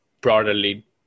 broadly